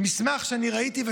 מסמך של משרד המשפטים שראיתי.